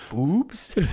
Oops